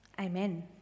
Amen